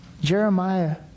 Jeremiah